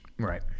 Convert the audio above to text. Right